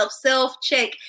self-check